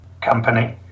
company